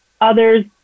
Others